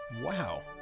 Wow